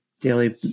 daily